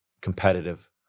competitive